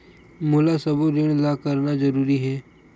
मोला सबो ऋण ला करना जरूरी हे?